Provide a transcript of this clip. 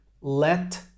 let